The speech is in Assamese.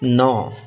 ন